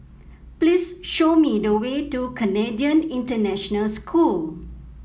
please show me the way to Canadian International School